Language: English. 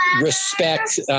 respect